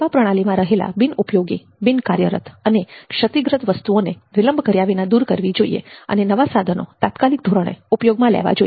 સેવા પ્રણાલીમાં રહેલા બિનઉપયોગી બિનકાર્યરત અને ક્ષતિગ્રસ્ત વસ્તુઓને વિલંબ કર્યા વિના દૂર કરવી જોઈએ અને નવા સાધનો તાત્કાલિક ધોરણે ઉપયોગમાં લેવા જોઈએ